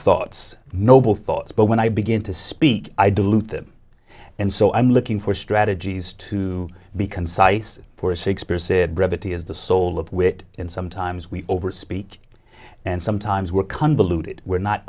thoughts noble thoughts but when i begin to speak i delude them and so i'm looking for strategies to be concise for six percent brevity is the soul of wit and sometimes we over speak and sometimes we're convoluted we're not